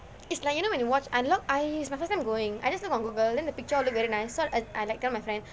it's like you know when you watch I watch I it's my first time going I just look on Google then the picture all look very nice so I I like tell my friend